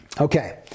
Okay